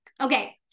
Okay